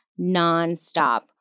nonstop